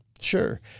Sure